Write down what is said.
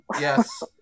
Yes